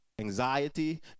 Anxiety